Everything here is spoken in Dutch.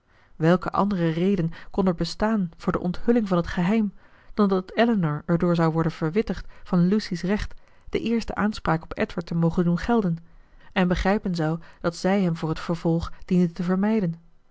welke andere reden kon er bestaan voor de onthulling van het geheim dan dat elinor erdoor zou worden verwittigd van lucy's recht de eerste aanspraak op edward te mogen doen gelden en begrijpen zou dat zij hem voor het vervolg diende te vermijden